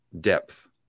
depth